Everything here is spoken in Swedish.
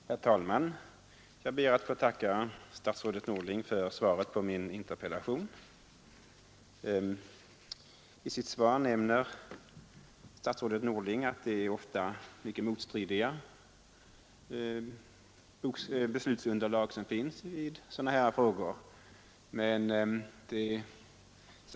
Herr talman! Jag ber att få tacka statsrådet Norling för svaret på min interpellation. I svaret nämner statsrådet Norling att de krav som ligger bakom beslutsunderlaget i sådana här frågor ofta är mycket motstridiga.